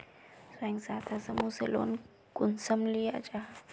स्वयं सहायता समूह से लोन कुंसम लिया जाहा?